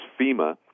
FEMA